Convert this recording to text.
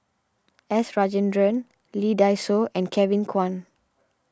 S Rajendran Lee Dai Soh and Kevin Kwan